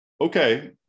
okay